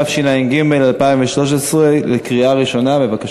התשע"ג 2013. בבקשה.